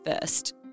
first